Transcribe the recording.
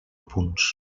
punts